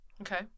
Okay